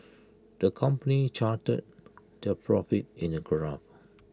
the company charted their profits in A graph